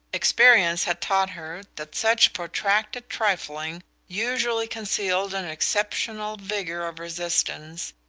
experience had taught her that such protracted trifling usually concealed an exceptional vigour of resistance,